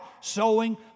sowing